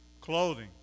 clothing